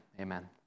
Amen